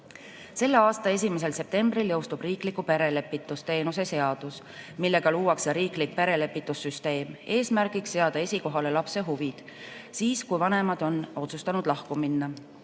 aasta 1. septembril jõustub riikliku perelepitusteenuse seadus, millega luuakse riiklik perelepitussüsteem. Eesmärk on seada esikohale lapse huvid, kui vanemad on otsustanud lahku minna.